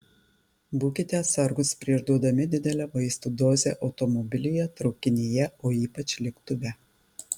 būkite atsargūs prieš duodami didelę vaistų dozę automobilyje traukinyje o ypač lėktuve